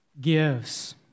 gives